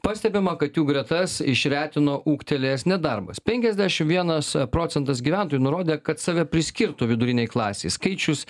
pastebima kad jų gretas išretino ūgtelėjęs nedarbas penkiasdešim vienas procentas gyventojų nurodė kad save priskirtų vidurinei klasei skaičius